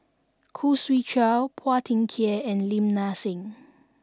Khoo Swee Chiow Phua Thin Kiay and Lim Nang Seng